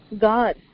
God